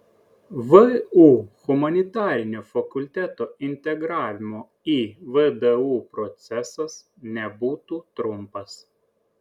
vu humanitarinio fakulteto integravimo į vdu procesas nebūtų trumpas